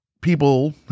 people